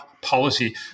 policy